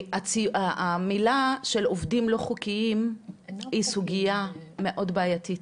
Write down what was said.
המילה של עובדים לא חוקיים היא סוגייה מאוד בעייתית.